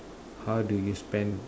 how do you spend